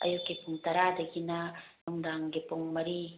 ꯑꯌꯨꯛꯀꯤ ꯄꯨꯡ ꯇꯔꯥꯗꯒꯤꯅ ꯅꯨꯡꯗꯥꯡꯒꯤ ꯄꯨꯡ ꯃꯔꯤ